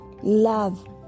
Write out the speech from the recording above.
love